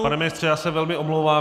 Pane ministře, já se velmi omlouvám.